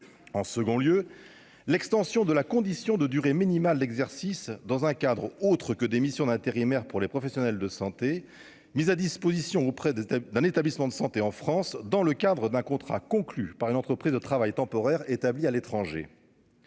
en second lieu, l'extension de la condition de durée minimale d'exercice dans un cadre autre que des missions d'intérimaires pour les professionnels de santé, mise à disposition auprès de d'un établissement de santé en France dans le cadre d'un contrat conclu par une entreprise de travail temporaire établie à l'étranger.